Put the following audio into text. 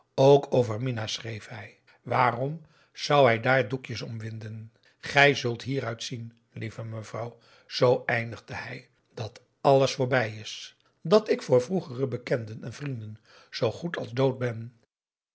ook over minah schreef hij waarom zou hij daar doekjes om winden gij zult hieruit zien lieve mevrouw zoo eindigde hij dat alles voorbij is dat ik voor vroegere bekenden en vrienden zoo goed als dood ben